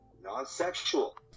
Non-sexual